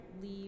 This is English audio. leave